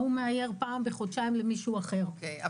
ההוא מאייר פעם בחודשיים למישהו אחר, זה לא עובד.